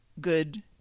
good